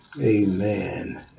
Amen